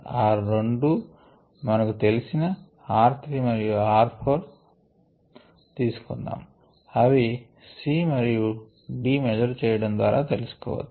ఆ రెండూమంకు తెలిసిన r 3 మరియు r 4 తీసుకుందాము అవి C మరియు Dమెజర్ చేయడం ద్వారా తెలుసుకోవచ్చు